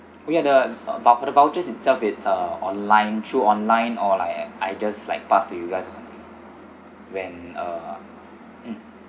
oh ya the uh vou~ for the vouchers itself it's uh online through online or like I just like pass to you guys or something when uh mm